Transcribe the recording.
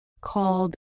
called